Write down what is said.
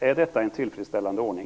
Är detta en tillfredsställande ordning?